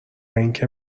اینکه